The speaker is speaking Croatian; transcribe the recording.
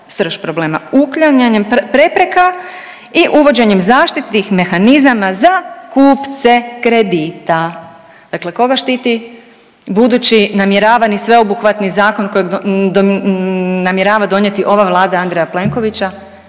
srž problema uklanjanjem prepreka i uvođenjem zaštitnih mehanizama za kupce kredita. Dakle koga štiti? Budući namjeravani sveobuhvatni zakon koji namjerava donijeti ova Vlada Andreja Plenkovića?